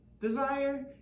desire